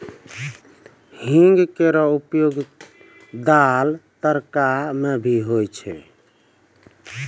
हींग केरो उपयोग दाल, तड़का म भी होय छै